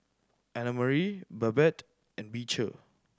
Annmarie Babette and Beecher